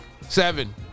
Seven